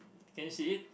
can you see it